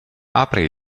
apre